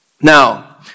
Now